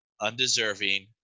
undeserving